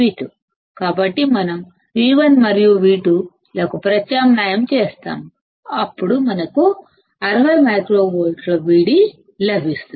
కాబట్టి మనం V1 మరియు V2 లకు ప్రత్యామ్నాయం చేస్తాము మనకు 60 మైక్రో వోల్ట్స్ Vd లభిస్తుంది